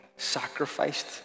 Sacrificed